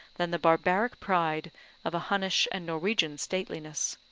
than the barbaric pride of a hunnish and norwegian stateliness.